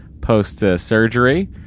post-surgery